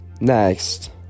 next